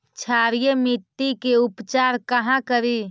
क्षारीय मिट्टी के उपचार कहा करी?